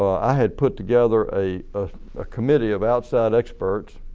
i had put together a ah ah committee of outside experts